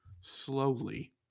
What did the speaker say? slowly